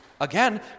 again